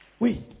Oui